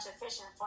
efficient